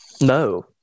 No